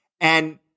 and-